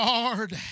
Lord